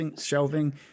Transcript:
shelving